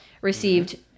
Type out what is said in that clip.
received